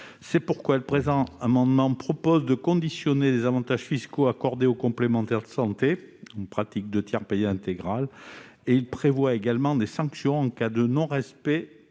C'est pourquoi le présent amendement vise à conditionner les avantages fiscaux accordés aux complémentaires de santé à la pratique du tiers payant intégral. Il tend également à prévoir des sanctions en cas de non-respect